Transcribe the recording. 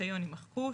ורישיון ימחקו.